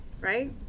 right